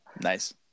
Nice